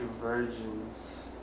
virgins